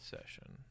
session